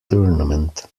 tournament